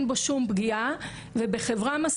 ממש פגיעה של רצח.